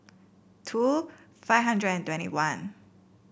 two five hundred and twenty one